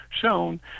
shown